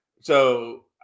so-